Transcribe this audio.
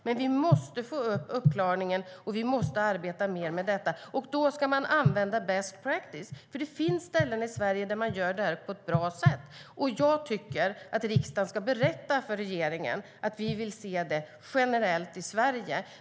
Men vi måste få upp uppklaringen, och vi måste arbeta mer med det. Då ska vi använda best practice, för det finns ställen i Sverige där man gör detta på ett bra sätt. Jag tycker att riksdagen ska berätta för regeringen att vi vill se det generellt i Sverige.